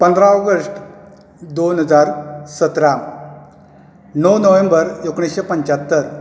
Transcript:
पंदरा ऑगस्ट दोन हजार सतरा णव नोव्हेंबर एकुणीशें पंच्यात्तर